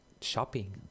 shopping